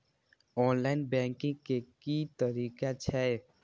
Online banking के की तरीका छै?